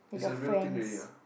is a real thing already ah